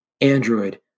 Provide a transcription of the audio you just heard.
Android